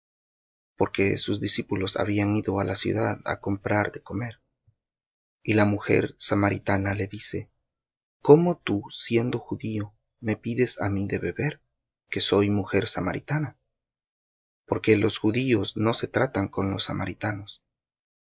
mujer de samaria á sacar agua jesús le dice dame de beber y la mujer samaritana le dice cómo tú siendo judío me pides á mí de beber que soy mujer samaritana porque los judíos no se tratan con los samaritanos